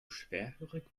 schwerhörig